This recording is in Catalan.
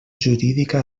jurídica